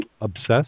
obsessed